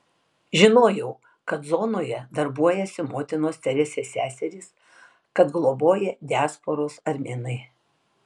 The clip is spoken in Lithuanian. žinojau kad zonoje darbuojasi motinos teresės seserys kad globoja diasporos armėnai